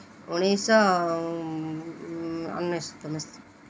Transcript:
ଉଣେଇଶହ ଅନେଶ୍ୱତ